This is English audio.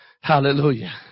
Hallelujah